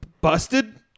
Busted